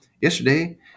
Yesterday